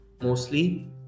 mostly